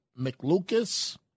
McLucas